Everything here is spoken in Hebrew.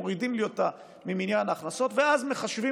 מורידים לי אותה ממניין ההכנסות ואז מחשבים